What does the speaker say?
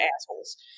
assholes